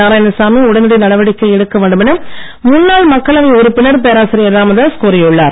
நாராயணசாமி உடனடி நடவடிக்கை எடுக்க வேண்டும் என முன்னாள் மக்களை உறுப்பினர் பேராசிரியர் ராமதாஸ் கோரியுள்ளார்